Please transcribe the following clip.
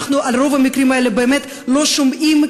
על רוב המקרים האלה אנחנו באמת לא שומעים,